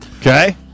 Okay